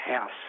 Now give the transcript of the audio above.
House